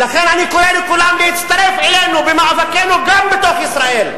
ולכן אני קורא לכולם להצטרף אלינו במאבקנו גם בתוך ישראל.